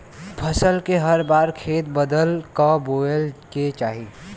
फसल के हर बार खेत बदल क बोये के चाही